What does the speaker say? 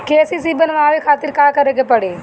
KCC बनवावे खातिर का करे के पड़ी?